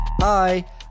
Hi